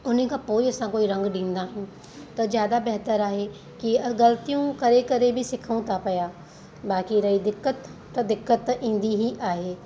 उनखां पोइ असां कोई रंगु ॾींदा आहियूं त ज्यादा बहितरु आहे की ग़ल्तियूं करे करे बि सिखऊं था पिया बाक़ी रही दिक़त त दिक़त त ईंदी ही आहे